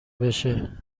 بشه